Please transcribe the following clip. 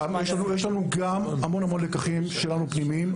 יש לנו גם המון לקחים פנימיים שלנו.